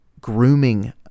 grooming